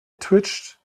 twitched